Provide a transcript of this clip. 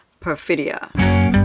perfidia